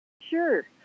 Sure